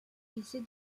lycée